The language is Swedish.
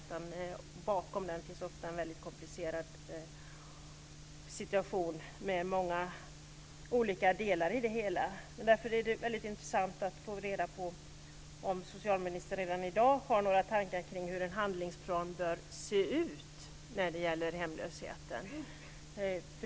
Bakom den hemlöse finns ofta en komplicerad situation med många olika delar i det hela. Därför vore det intressant att få reda på om socialministern redan i dag har några tankar kring hur en handlingsplan för hemlösheten bör se ut.